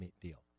deal